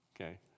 okay